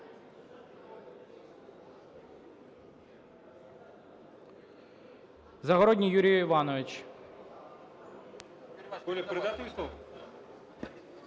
Загородній Юрій Іванович.